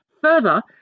Further